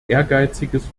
ehrgeiziges